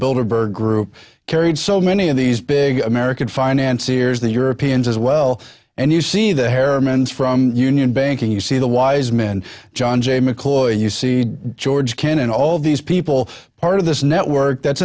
builder bird group carried so many of these big american financier's the europeans as well and you see the harem ends from union banking you see the wise men john jay mccloy you see george kennan all these people part of this network that's